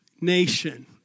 nation